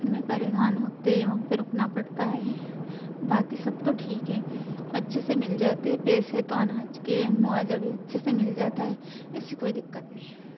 में परेशान होते वहाँ पर रुकना पड़ता है बाकी सब तो ठीक है अच्छे से मिल जाते हैं पैसे तो अनाज के मुआवजा भी अच्छे से मिल जाता है ऐसी कोई दिक्कत नहीं